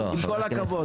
עם כל הכבוד,